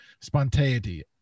spontaneity